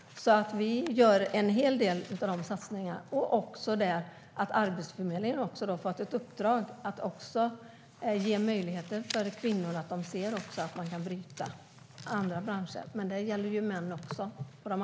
Vi gör en hel del satsningar. Arbetsförmedlingen har också fått ett uppdrag att uppmärksamma kvinnor på att de kan byta till andra branscher. Det gäller män också.